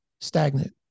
stagnant